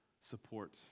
support